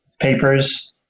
papers